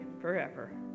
forever